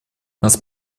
нас